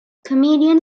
comedian